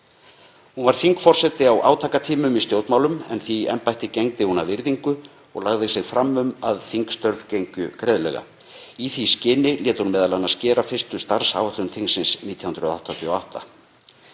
Hún var þingforseti á átakatímum í stjórnmálum en því embætti gegndi hún af virðingu og lagði sig fram um að þingstörf gengju greiðlega. Í því skyni lét hún m.a. gera fyrstu starfsáætlun þingsins 1988.